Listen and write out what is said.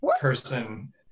person